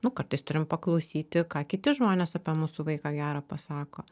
nu kartais turim paklausyti ką kiti žmonės apie mūsų vaiką gerą pasako